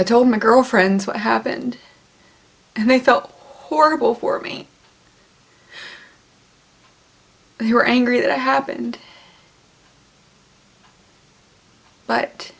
i told my girlfriends what happened and they felt horrible for me they were angry that it happened but